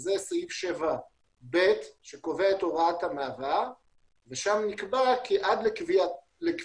זה סעיף 7ב' שקובע את הוראת המעבר שם נקבע ש"עד לקביעתו